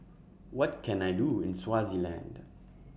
What Can I Do in Swaziland